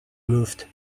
moved